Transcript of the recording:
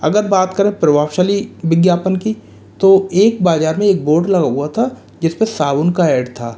अगर बात करें प्रभावशाली विज्ञापन की तो एक बाज़ार में एक बोर्ड लगा हुआ था जिस पर साबुन का ऐड था